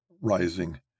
Rising